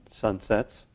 sunsets